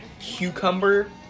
cucumber